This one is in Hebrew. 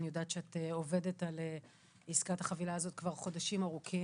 אני יודעת שאת עובדת על עסקת החבילה הזאת כבר חודשים ארוכים,